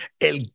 el